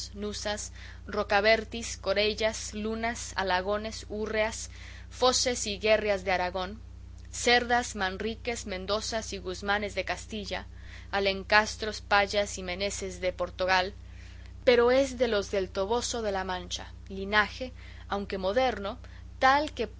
valencia palafoxes nuzas rocabertis corellas lunas alagones urreas foces y gurreas de aragón cerdas manriques mendozas y guzmanes de castilla alencastros pallas y meneses de portogal pero es de los del toboso de la mancha linaje aunque moderno tal que